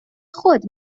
خود